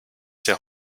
sehr